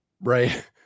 right